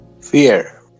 Fear